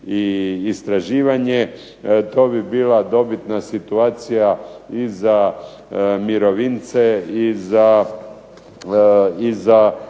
i istraživanje, to bi bila dobitna situacija i za mirovince i za